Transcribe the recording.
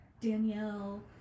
Danielle